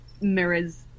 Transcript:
mirrors